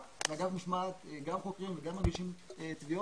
ואגף משמעת גם חוקר וגם מגיש תביעות.